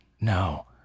no